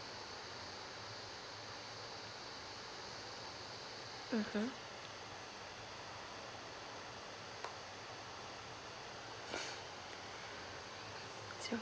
mmhmm